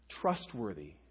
trustworthy